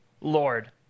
Lord